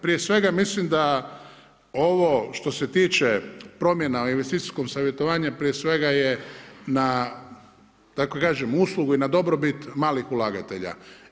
Prije svega mislim da ovo što se tiče promjena u investicijskom savjetovanju prije svega je na da tako kažem uslugu i na dobrobit malih ulagatelja.